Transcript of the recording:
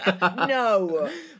No